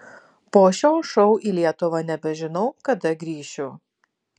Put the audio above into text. po šio šou į lietuvą nebežinau kada grįšiu